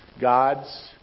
God's